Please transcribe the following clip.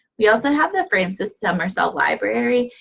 we also have the frances summersell library.